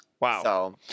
Wow